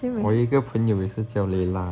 我一个朋友也是叫 layla